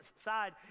side